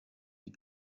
wie